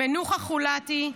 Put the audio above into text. מנוחה חולתי,